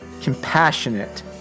compassionate